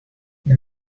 you